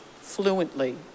fluently